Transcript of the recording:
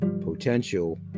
potential